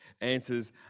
answers